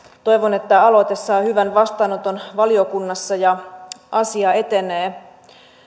toivon että aloite saa hyvän vastaanoton valiokunnassa ja asia etenee